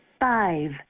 Five